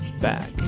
back